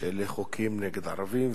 שאלה חוקים נגד ערבים,